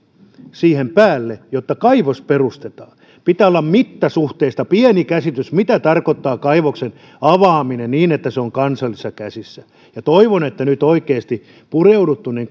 siihen päälle jotta kaivos perustetaan pitää olla mittasuhteista pieni käsitys mitä tarkoittaa kaivoksen avaaminen niin että se on kansallisissa käsissä ja toivon että nyt oikeasti pureudutaan